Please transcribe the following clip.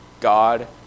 God